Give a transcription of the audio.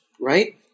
right